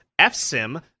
Fsim